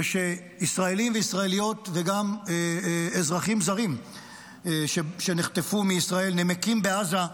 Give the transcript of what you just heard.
כשישראלים וישראליות וגם אזרחים זרים שנחטפו מישראל נמקים בעזה,